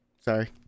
Sorry